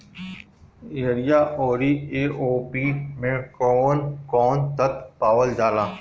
Urea औरी AOP मै कौवन कौवन तत्व पावल जाला?